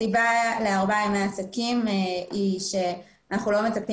הסיבה לארבעה ימי עסקים היא שאנחנו לא מצפים